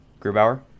Grubauer